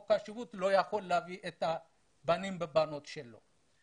השבות לא יכול להביא את הבנים והבנות שלו.